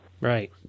Right